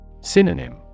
Synonym